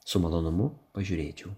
su malonumu pažiūrėčiau